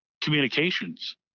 communications